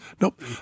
Nope